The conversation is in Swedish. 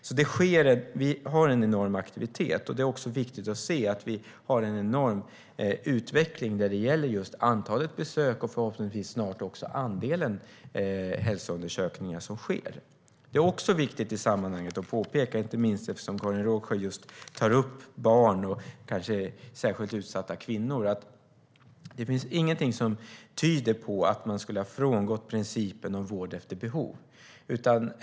Vi har alltså en enorm aktivitet, och det är också viktigt att se att vi har en enorm utveckling när det gäller antalet besök och förhoppningsvis snart också andelen hälsoundersökningar som sker. Det är också viktigt att påpeka i sammanhanget, inte minst eftersom Karin Rågsjö just tar upp barn och kanske särskilt utsatta kvinnor, att det inte finns någonting som tyder på att man skulle ha frångått principen om vård efter behov.